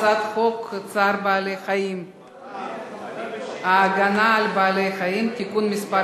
הצעת חוק צער בעלי-חיים (הגנה על בעלי-חיים) (תיקון מס'